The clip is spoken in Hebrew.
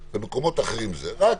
הרמטית ומקומות אחרים בצורה לא הרמטית.